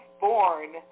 born